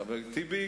חבר הכנסת טיבי,